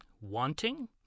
Wanting